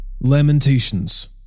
Lamentations